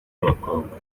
babakobwa